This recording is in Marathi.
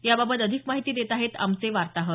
याबाबत अधिक माहिती देत आहेत आमचे वार्ताहर